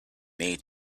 need